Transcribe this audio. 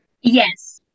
Yes